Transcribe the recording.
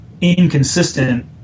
inconsistent